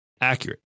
accurate